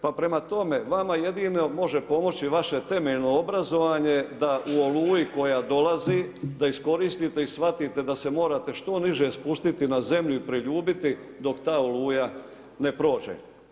Pa prema tome vama jedino može pomoći vaše temeljno obrazovanje da u oluji koja dolazi da iskoristite i shvatite da se morate što niže spustiti na zemlju i priljubiti dok ta oluja ne prođe.